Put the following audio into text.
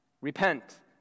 Repent